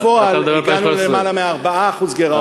ובפועל הגענו ליותר מ-4% גירעון,